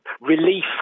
Relief